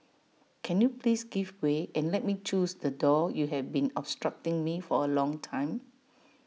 can you please give way and let me close the door you have been obstructing me for A long time